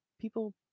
People